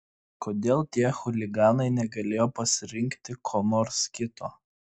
kodėl tie chuliganai negalėjo pasirinkti ko nors kito